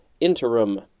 interim